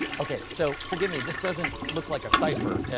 okay so, forgive me, this doesn't look like a cipher.